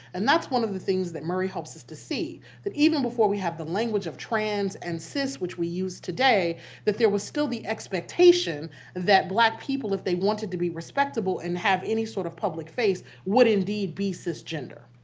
and that's one of the things that murray helps us to see that even before we have the language of trans and cis, which we use today that there was still the expectation that black people, if they wanted to be respectable and have any sort of public face, would indeed be cisgender.